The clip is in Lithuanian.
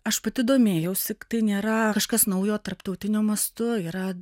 aš pati domėjausi tai nėra kažkas naujo tarptautiniu mastu yra